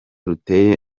ruteye